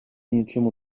něčemu